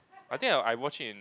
I think I I watch it in